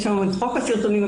יש את חוק הסרטונים,